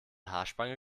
haarspange